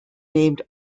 named